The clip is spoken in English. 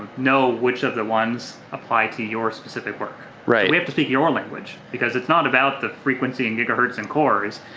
know which of the ones apply to your specific work. we have to speak your language because it's not about the frequency and gigahertz and cores,